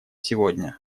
сегодня